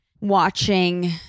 watching